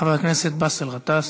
חבר הכנסת באסל גטאס,